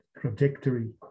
trajectory